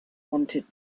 wanted